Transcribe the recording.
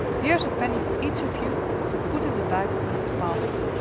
here is a penny for each of you to put in the bag when it is passed.